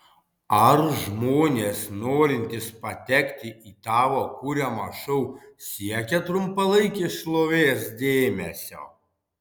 ar žmonės norintys patekti į tavo kuriamą šou siekia trumpalaikės šlovės dėmesio